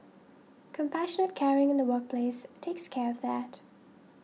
compassion caring in the workplace takes care of that